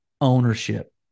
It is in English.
ownership